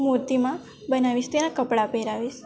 મૂર્તિમાં બનાવીશ તેને કપડાં પહેરાવીશ